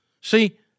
See